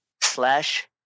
slash